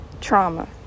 trauma